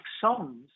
songs